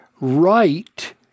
right